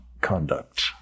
conduct